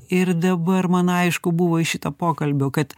ir dabar man aišku buvo iš šito pokalbio kad